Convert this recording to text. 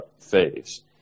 phase